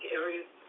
areas